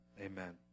Amen